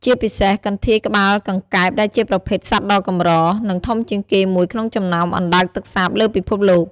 ជាពិសេស កន្ធាយក្បាលកង្កែបដែលជាប្រភេទសត្វដ៏កម្រ និងធំជាងគេមួយក្នុងចំណោមអណ្ដើកទឹកសាបលើពិភពលោក ។